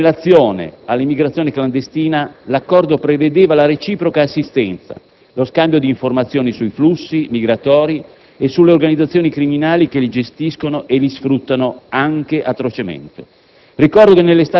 In relazione all'immigrazione clandestina, l'accordo prevedeva la reciproca assistenza, lo scambio di informazioni sui flussi migratori e sulle organizzazioni criminali che li gestiscono e li sfruttano anche atrocemente.